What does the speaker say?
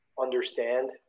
understand